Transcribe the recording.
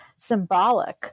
symbolic